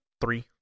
three